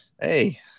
hey